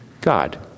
God